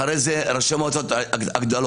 אחרי זה ראשי המועצות הגדולות,